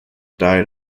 died